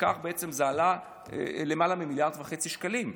וזה עלה למעלה ממיליארד וחצי שקלים.